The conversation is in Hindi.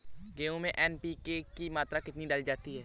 गेहूँ में एन.पी.के की मात्रा कितनी डाली जाती है?